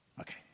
Okay